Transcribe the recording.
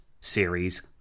series